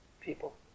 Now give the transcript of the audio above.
people